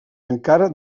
encara